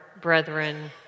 brethren